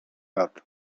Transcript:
lat